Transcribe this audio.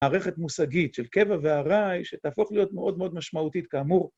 מערכת מושגית של קבע ועראי שתהפוך להיות מאוד מאוד משמעותית, כאמור.